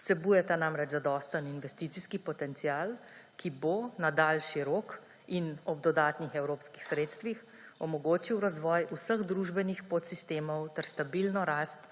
Vsebujeta namreč zadosten investicijski potencial, ki bo na daljši rok in ob dodatnih evropskih sredstvih omogočil razvoj vseh družbenih podsistemov ter stabilno rast